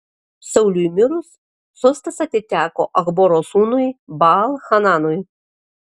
sauliui mirus sostas atiteko achboro sūnui baal hananui